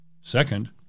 Second